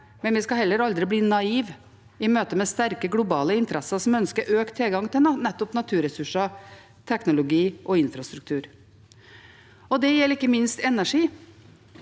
men vi skal heller aldri bli naiv i møte med sterke globale interesser som ønsker økt tilgang til nettopp naturressurser, teknologi og infrastruktur. Det gjelder ikke minst energi.